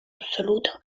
absoluta